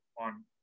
on